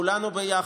כולה,